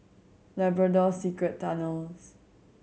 Labrador Secret Tunnels